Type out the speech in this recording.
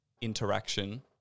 interaction